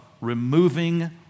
removing